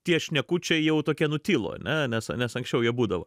tie šnekučiai jau tokie nutilo ane nes nes anksčiau jie būdavo